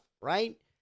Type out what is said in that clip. right